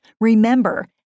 Remember